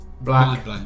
Black